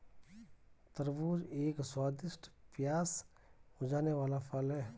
तरबूज एक स्वादिष्ट, प्यास बुझाने वाला फल है